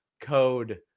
Code